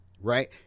Right